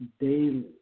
daily